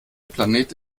planet